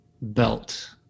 belt